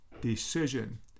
decision